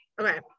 okay